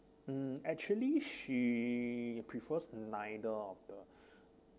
um actually she prefers neither of the